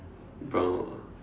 brown ah